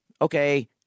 Okay